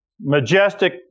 majestic